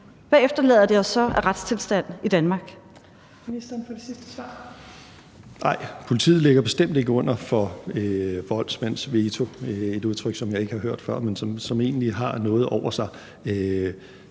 hvad efterlader det os så af retstilstand i Danmark?